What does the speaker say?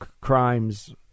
crimes